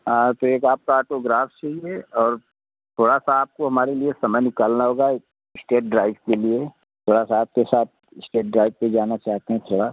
हाँ तो एक आपका आटोग्राफ चाहिए और थोड़ा सा आपको हमारे लिए समय निकालना होगा इस्टेट ड्राइव के लिए थोड़ा सा आपके साथ इस्टेट ड्राइव पर जाना चाहते हैं थोड़ा